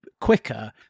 quicker